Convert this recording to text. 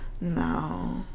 no